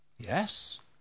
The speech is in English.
yes